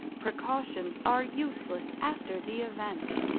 precautions are useless after the event.